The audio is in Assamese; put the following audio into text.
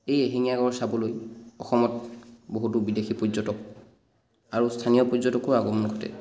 এই এশিঙীয়া গঁড় চাবলৈ অসমত বহুতো বিদেশী পৰ্যটক আৰু স্থানীয় পৰ্যটকো আগমন ঘটে